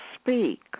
speak